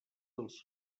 als